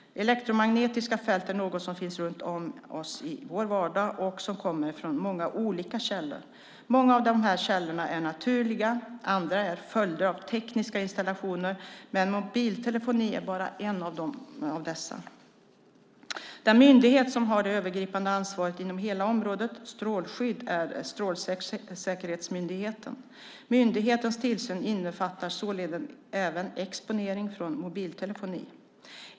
Elektromagnetiska fält är något som finns runt om oss i vår vardag och som kommer från många olika källor. Många av dessa källor är naturliga. Andra är följder av tekniska installationer, men mobiltelefoni är bara en av dessa. Den myndighet som har det övergripande ansvaret inom hela området strålskydd är Strålsäkerhetsmyndigheten. Myndighetens tillsyn innefattar således även exponering från mobiltelefoni.